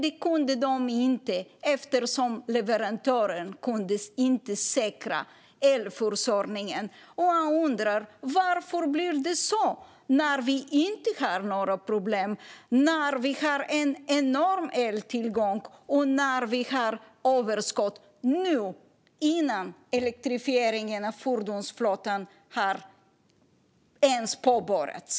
Det kunde de dock inte göra eftersom leverantören inte kunde säkra elförsörjningen. Varför blir det så när vi inte har några problem, när vi en enorm eltillgång och när vi har överskott innan elektrifieringen av fordonsflottan ens har påbörjats?